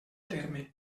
terme